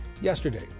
yesterday